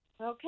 Okay